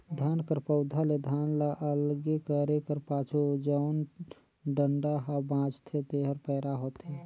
धान कर पउधा ले धान ल अलगे करे कर पाछू जउन डंठा हा बांचथे तेहर पैरा होथे